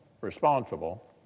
responsible